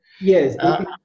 Yes